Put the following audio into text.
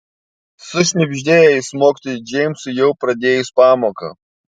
sušnibždėjo jis mokytojui džeimsui jau pradėjus pamoką